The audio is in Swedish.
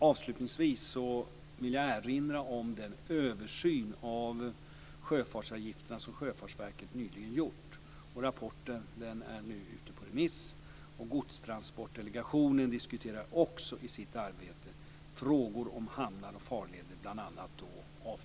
Avslutningsvis vill jag erinra om den översyn av sjöfartsavgifterna som Sjöfartsverket nyligen gjort. Rapporten är nu ute på remiss. Godstransportdelegationen diskuterar också i sitt arbete frågor om hamnar och farleder, bl.a. avgiftsfrågorna.